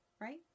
right